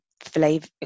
flavor